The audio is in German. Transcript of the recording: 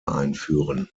einführen